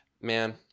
man